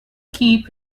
keep